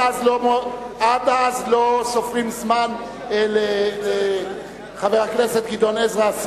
עד אז לא סופרים זמן לחבר הכנסת גדעון עזרא,